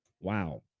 Wow